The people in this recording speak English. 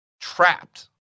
trapped